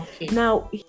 Now